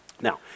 Now